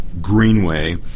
greenway